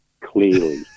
clearly